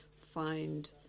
find